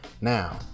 Now